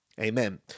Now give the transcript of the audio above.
Amen